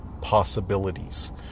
possibilities